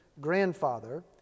grandfather